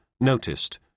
noticed